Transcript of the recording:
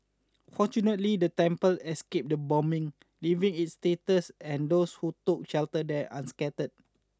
fortunately the temple escaped the bombing leaving its status and those who took shelter there unscathed